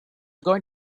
going